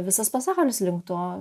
visas pasaulis link to